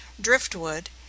driftwood